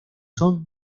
son